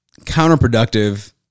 counterproductive